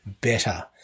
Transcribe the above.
better